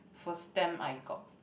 first stamp I got